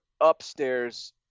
upstairs